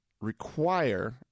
require